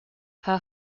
her